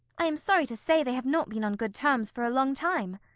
i am sorry to say they have not been on good terms for a long time.